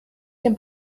dem